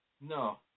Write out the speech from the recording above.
No